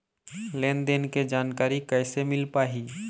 लेन देन के जानकारी कैसे मिल पाही?